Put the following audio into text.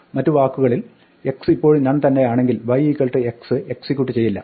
മറ്റു വാക്കുകളിൽ x ഇപ്പോഴും നൺ തന്നെയാണെങ്കിൽ y x എക്സിക്യൂട്ട് ചെയ്യില്ല